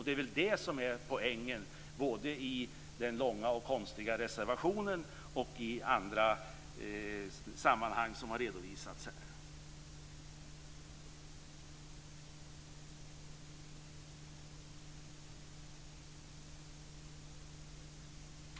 Det är det som är poängen i den långa och konstiga reservationen och i andra sammanhang som redovisats här.